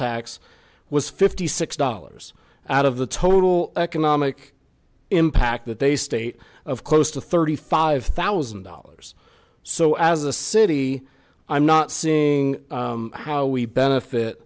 tax was fifty six dollars out of the total economic impact that they state of close to thirty five thousand dollars so as a city i'm not seeing how we benefit